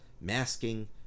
masking